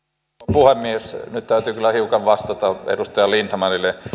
puhemies nyt täytyy kyllä hiukan vastata edustaja lindtmanille